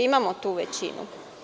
Imamo tu većinu.